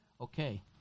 Okay